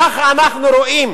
ככה אנחנו רואים